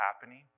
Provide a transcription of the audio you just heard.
happening